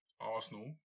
Arsenal